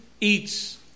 eats